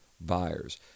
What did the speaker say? buyers